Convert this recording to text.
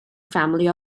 family